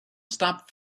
stop